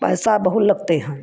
पैसा बहुत लगते हैं